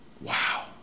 wow